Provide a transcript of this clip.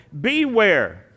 beware